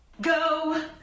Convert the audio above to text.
Go